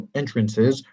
entrances